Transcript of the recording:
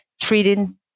treating